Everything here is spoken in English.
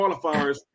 qualifiers